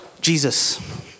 Jesus